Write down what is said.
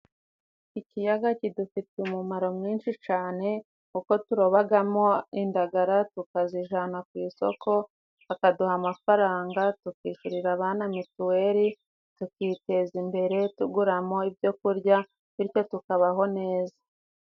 Ikiyaga kidufitiye umumaro mwinshi cyane, kuko turobamo indagara tukazijyana ku isoko bakaduha amafaranga tukishyurira abana mituweli, tukiteza imbere tuguramo ibyo kurya bityo tukabaho neza.